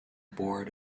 board